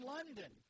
London